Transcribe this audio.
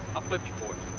i'll flip you